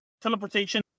teleportation